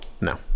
No